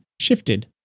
shifted